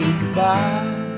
goodbye